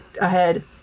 ahead